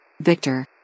Victor